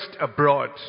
abroad